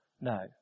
No